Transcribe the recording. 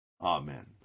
Amen